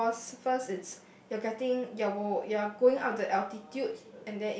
because first it's you are getting you're you are going up the altitude